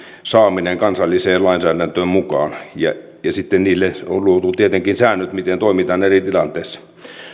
saaminen kansalliseen lainsäädäntöön mukaan ja ja sitten niille on tietenkin luotu säännöt miten toimitaan eri tilanteissa